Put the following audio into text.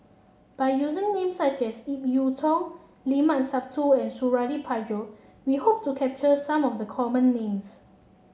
by using names such as Ip Yiu Tung Limat Sabtu and Suradi Parjo we hope to capture some of the common names